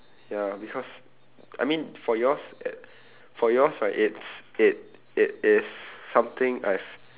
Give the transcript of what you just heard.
ya because I mean for yours it for yours right it's it it is something I've